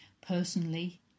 personally